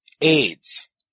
AIDS